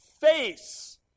face